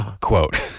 Quote